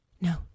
No